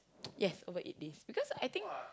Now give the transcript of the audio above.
yes about eight days because I think